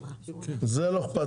זה לא אכפת.